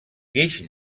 guix